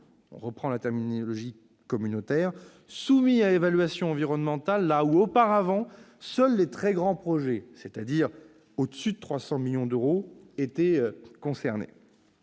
on reprend la terminologie communautaire -soumis à une évolution environnementale là où, auparavant, seuls les très grands projets, c'est-à-dire d'un coût supérieur à 300 millions d'euros, étaient concernés.